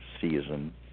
season